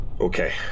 Okay